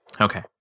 Okay